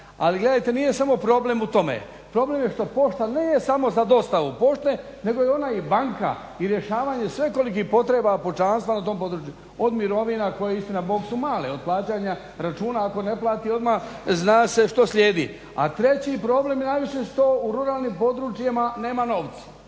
Ali gledajte, nije samo problem u tome. Problem je što pošta nije samo za dostavu pošte nego je ona i banka i rješavanje svekolikih potreba pučanstva na tom području, od mirovina koje istina Bog su male, od plaćanja računa ako ne plati odmah zna se što slijedi. A treći problem je najviše što u ruralnim područjima nema novaca